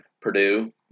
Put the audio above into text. Purdue